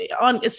on